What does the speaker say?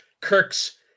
Kirk's